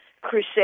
crusade